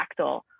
fractal